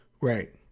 Right